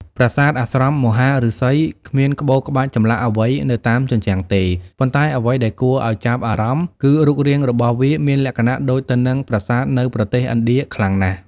ប្រាសាទអាស្រមមហាឫសី គ្មានក្បូរក្បាច់ចម្លាក់អ្វីនៅតាមជញ្ជាំងទេ ប៉ុន្តែអ្វីដែលគួរឱ្យចាប់អារម្មណ៍គឺរូបរាងរបស់វាមានលក្ខណៈដូចគ្នាទៅនឹងប្រាសាទនៅប្រទេសឥណ្ឌាខ្លាំងណាស់។